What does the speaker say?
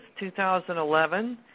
2011